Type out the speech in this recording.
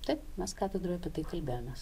taip mes katedroj apie tai kalbėjomės